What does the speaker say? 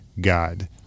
God